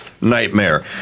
nightmare